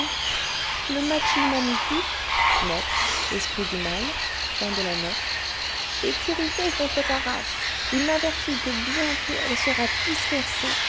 le matchi manitou est irrité contre ta race il m'avertit que bientôt elle sera dispersée